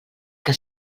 que